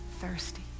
thirsty